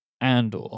Andor